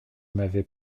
m’avait